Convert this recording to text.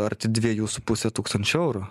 arti dviejų su puse tūkstančių eurų